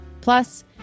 Plus